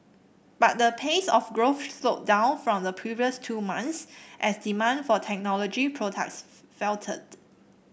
but the pace of growth slowed down from the previous two months as demand for technology products faltered